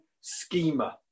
schemer